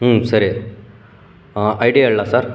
ಹ್ಞೂ ಸರಿ I D ಹೇಳಲಾ ಸರ್